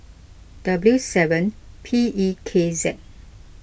W seven P E K Z